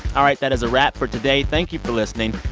all right, that is a wrap for today. thank you for listening.